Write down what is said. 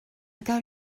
gawn